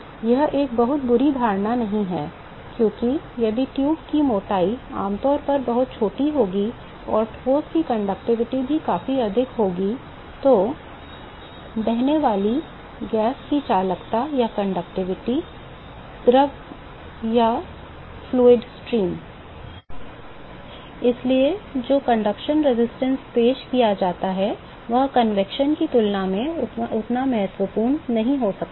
यह एक बहुत बुरी धारणा नहीं है क्योंकि यदि ट्यूब की मोटाई आमतौर पर बहुत छोटी होगी और ठोस की चालकता भी काफी अधिक है तो बहने वाली गैस की चालकता या द्रव धारा इसलिए जो चालन प्रतिरोध पेश किया जाता है वह संवहन की तुलना में उतना महत्वपूर्ण नहीं भी हो सकता है